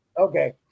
Okay